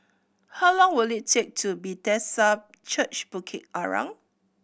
how long will it take to Bethesda Church Bukit Arang